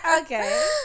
Okay